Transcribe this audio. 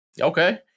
okay